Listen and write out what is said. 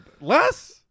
Less